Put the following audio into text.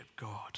God